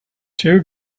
two